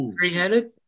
three-headed